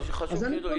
זה חשוב שידעו.